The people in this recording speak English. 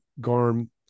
Garm